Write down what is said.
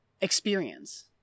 experience